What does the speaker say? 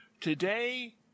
Today